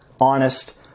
honest